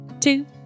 two